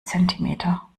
zentimeter